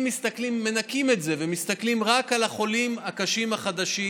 אם מנכים את זה ומסתכלים רק על החולים הקשים החדשים,